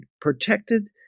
protected